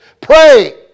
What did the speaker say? Pray